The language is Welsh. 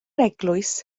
eglwys